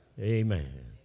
Amen